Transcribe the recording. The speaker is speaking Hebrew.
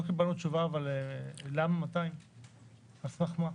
לא קיבלנו תשובה למה 2,000. על סמך מה?